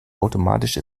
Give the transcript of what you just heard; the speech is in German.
automatische